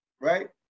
right